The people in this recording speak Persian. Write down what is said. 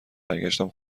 برگشتم